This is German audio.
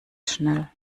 schnell